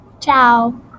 Ciao